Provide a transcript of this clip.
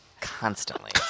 constantly